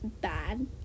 bad